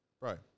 Right